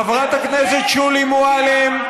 חברת הכנסת שולי מועלם,